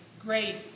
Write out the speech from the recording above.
grace